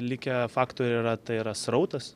likę faktoriai yra tai yra srautas